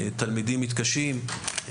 תלמידים מתקשים,